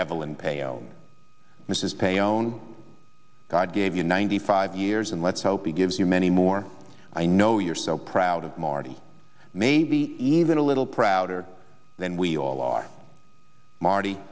evelyn pale mrs paon god gave you ninety five years and let's hope it gives you many more i know you're so proud of marty maybe even a little prouder than we all are marty